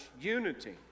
unity